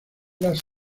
las